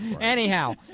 anyhow